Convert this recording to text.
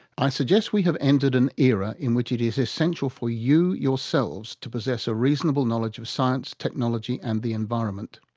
i suggest we have entered an era in which it is essential for you yourselves to possess a reasonable knowledge of science, technology, and the environment.